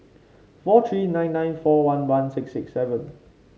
four three nine nine four one one six six seven